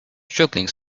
struggling